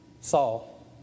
Saul